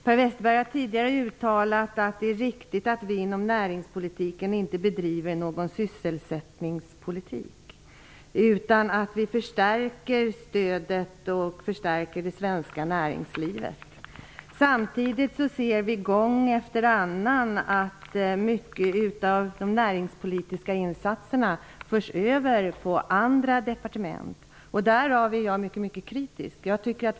Per Westerberg har tidigare uttalat att det är riktigt att man inte bedriver sysselsättningspolitik inom näringspolitiken, utan att man förstärker stödet till det svenska näringslivet. Samtidigt ser vi gång efter annan att många näringspolitiska insatser förs över på andra departement. Jag är mycket kritisk till det.